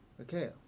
Okay